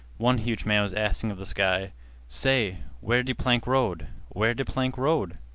one huge man was asking of the sky say, where de plank road? where de plank road!